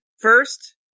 First